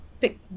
Pick